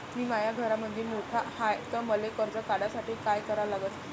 मी माया घरामंदी मोठा हाय त मले कर्ज काढासाठी काय करा लागन?